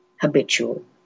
habitual